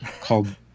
called